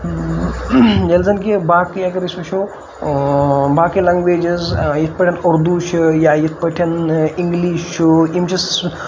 ییٚلہِ زَن کہِ باقٕے اگر أسۍ وٕچھو باقٕے لںٛگویجِز یِتھ پٲٹھۍ اُردوٗ چھِ یا یِتھ پٲٹھۍ اِنٛگلِش چھُ یِم چھِ